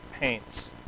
paints